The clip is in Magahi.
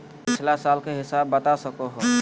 पिछला साल के हिसाब बता सको हो?